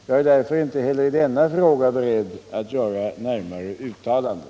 Jag är därför inte heller i denna fråga beredd att göra närmare uttalanden.